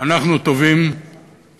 אנחנו תובעים